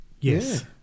Yes